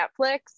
Netflix